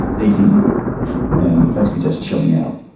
eating and basically just chilling out.